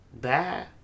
bye